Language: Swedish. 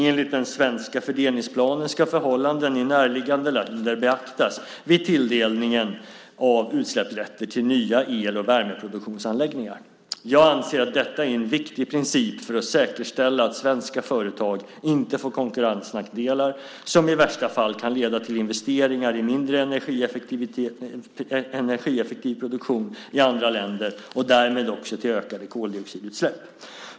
Enligt den svenska fördelningsplanen ska förhållanden i närliggande länder beaktas vid tilldelningen av utsläppsrätter till nya el och värmeproduktionsanläggningar. Jag anser att detta är en viktig princip för att säkerställa att svenska företag inte får konkurrensnackdelar som i värsta fall kan leda till investeringar i mindre energieffektiv produktion i andra länder och därmed också till ökade koldioxidutsläpp.